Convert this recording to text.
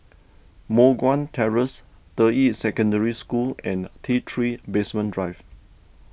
Moh Guan Terrace Deyi Secondary School and T three Basement Drive